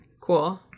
cool